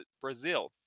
Brazil